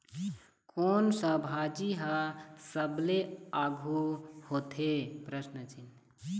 कोन सा भाजी हा सबले आघु होथे?